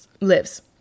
lives